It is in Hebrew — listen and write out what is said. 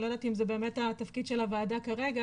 אני לא יודעת אם זה באמת התפקיד של הוועדה כרגע,